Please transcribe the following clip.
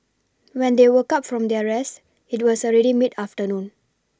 when they woke up from their rest it was already mid afternoon